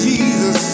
Jesus